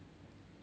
four hours